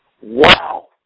Wow